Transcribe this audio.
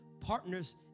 partners